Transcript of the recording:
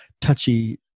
touchy